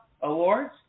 Awards